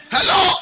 Hello